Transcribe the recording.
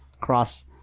cross